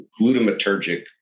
glutamatergic